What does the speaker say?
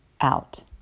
out